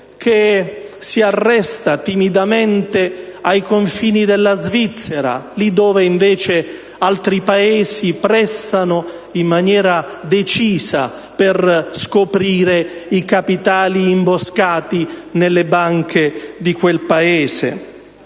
che si arresta timidamente ai confini della Svizzera, lì dove invece altri Paesi pressano in maniera decisa per scoprire i capitali imboscati nelle banche di quel Paese?